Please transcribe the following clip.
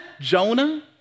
Jonah